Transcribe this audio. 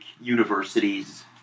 universities